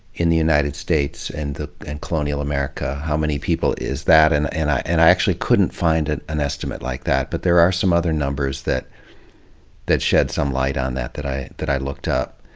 in the united states and in and colonial america, how many people is that, and and i and i actually couldn't find an an estimate like that. but there are some other numbers that that shed some light on that, that i that i looked up.